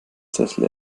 sessel